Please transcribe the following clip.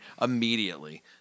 immediately